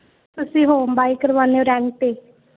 ਤੁਸੀਂ ਹੋਮ ਬਾਏ ਕਰਵਾਉਂਦੇ ਹੋ ਰੈਂਟ 'ਤੇ